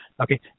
Okay